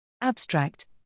Abstract